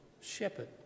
shepherd